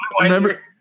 Remember